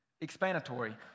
explanatory